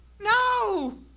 No